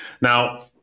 Now